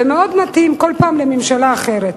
ומאוד מתאים כל פעם לממשלה אחרת.